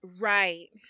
right